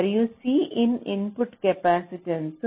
మరియు Cin input capacitance